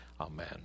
Amen